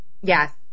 Yes